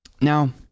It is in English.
Now